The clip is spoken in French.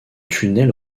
tunnel